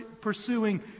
pursuing